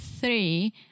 three